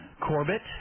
Corbett